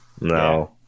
no